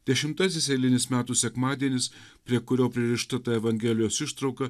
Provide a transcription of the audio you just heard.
dešimtasis eilinis metų sekmadienis prie kurio pririšta ta evangelijos ištrauka